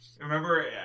remember